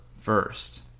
first